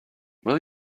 will